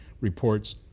reports